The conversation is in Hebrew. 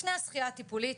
לפני השחייה הטיפולית